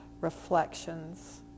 reflections